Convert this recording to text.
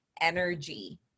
energy